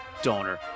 Donor